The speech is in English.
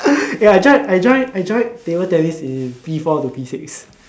eh I join I join I join table tennis in P four to P six